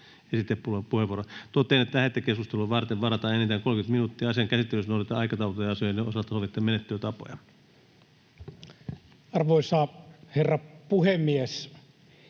Totean, että lähetekeskustelua varten varataan enintään 30 minuuttia, ja asian käsittelyssä noudatetaan aikataulutettujen asioiden osalta sovittuja menettelytapoja. Arvoisa herra puhemies!